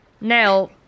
Now